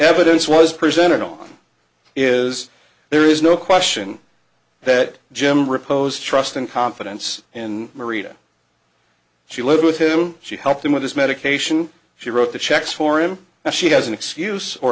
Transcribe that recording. evidence was presented on is there is no question that jim repose trust and confidence in merida she lived with him she helped him with his medication she wrote the checks for him and she has an excuse or